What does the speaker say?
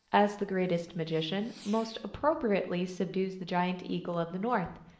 as the greatest magician, most appropriately subdues the giant eagle of the north,